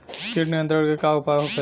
कीट नियंत्रण के का उपाय होखेला?